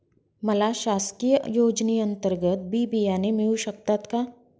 मला शासकीय योजने अंतर्गत बी बियाणे मिळू शकतात का?